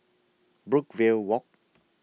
Brookvale Walk